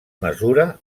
mesura